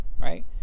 right